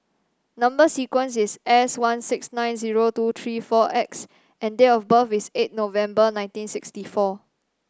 number sequence is S one six nine zero two three four X and date of birth is eight November nineteen sixty four